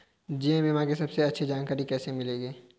जीवन बीमा की सबसे अच्छी जानकारी कैसे मिलेगी?